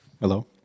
Hello